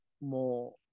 more